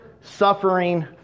suffering